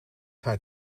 haar